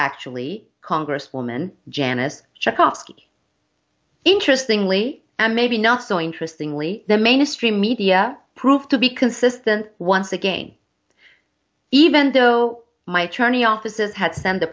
actually congresswoman janice checkoff skee interesting late and maybe not so interesting lee the mainstream media proved to be consistent once again even though my tourney offices had sent the